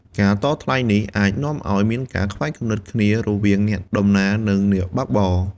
ការតថ្លៃនេះអាចនាំឱ្យមានការខ្វែងគំនិតគ្នារវាងអ្នកដំណើរនិងអ្នកបើកបរ។